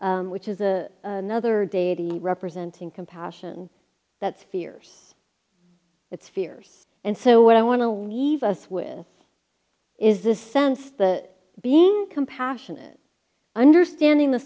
the which is a another day to be representing compassion that fears its fears and so what i want to leave us with is the sense that being compassionate understanding the